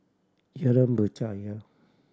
Jalan Berjaya